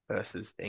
Versus